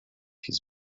his